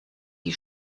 die